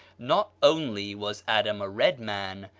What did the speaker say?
not only was adam a red man,